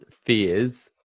fears